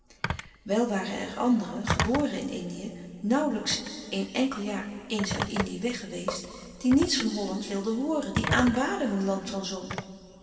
wel waren er anderen geboren in indië nauwlijks éen enkel jaar eens uit indië weg geweest die niets van holland wilden hooren die aanbaden hun land van zon